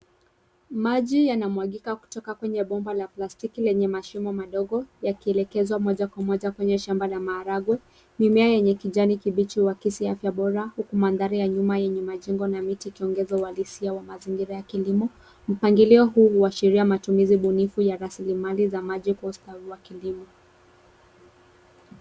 Maji yanamwagika kutoka kwenye bomba la plastiki lenye mashimo madogo yakielekezwa moja kwa moja kwenye shamba la maharagwe. Mimea yenye kijani kibichi huakisi afya bora huku mandhari ya nyuma yenye majani na miti ikiongeza uhalisia wa mazingira ya kilimo. Mpangilio huu huashiria matumizi bunifu ya rasilimali za maji kwa ustawi wa kilimo.